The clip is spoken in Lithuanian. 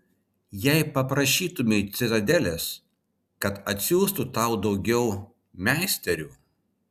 jei paprašytumei citadelės kad atsiųstų tau daugiau meisterių